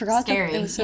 scary